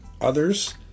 Others